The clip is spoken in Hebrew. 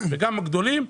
וגם הגדולים,